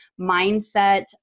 mindset